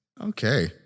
Okay